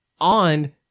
on